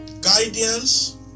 guidance